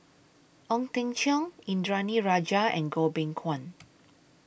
Ong Teng Cheong Indranee Rajah and Goh Beng Kwan